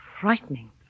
frightening